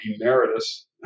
emeritus